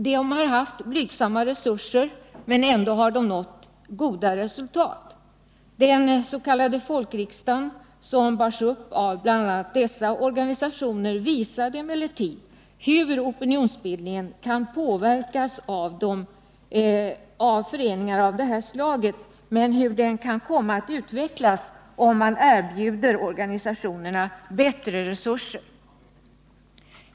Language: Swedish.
De har haft blygsamma resurser men ändå nått goda resultat. Den s.k. folkriksdagen, som bars upp av bl.a. dessa organisationer, visade hur opinionsbildningen kan påverkas av föreningar av det här slaget men hur den också kan komma att utvecklas, om man erbjuder organisationerna bättre resurser.